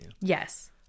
Yes